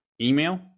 email